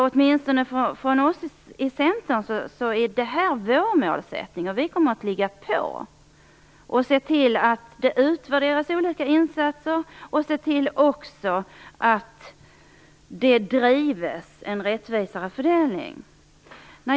Åtminstone vi i Centern har denna målsättning, och vi kommer att ligga på för att se till att olika insatser utvärderas och också se till att det sker en rättvisare fördelning.